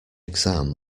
exam